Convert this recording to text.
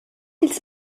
ils